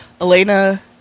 Elena